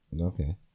Okay